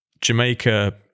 Jamaica